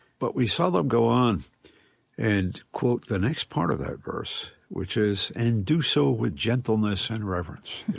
but we seldom go on and quote the next part of that verse, which is, and do so with gentleness and reverence,